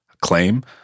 claim